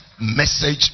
message